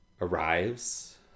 arrives